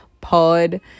pod